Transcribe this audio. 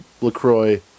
LaCroix